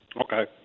Okay